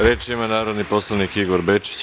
Reč ima narodni poslanik, Igor Bečić.